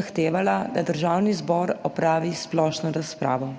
zahtevala, da Državni zbor opravi splošno razpravo.